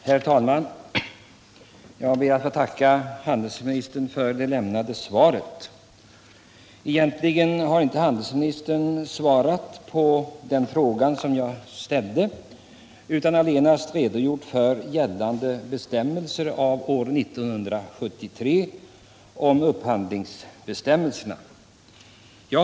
Herr talman! Jag ber att få tacka handelsministern för det lämnade svaret. Egentligen har inte handelsministern svarat på den fråga som jag ställde utan allenast redogjort för de gällande bestämmelserna av år 1973 om upphandling av tekovaror.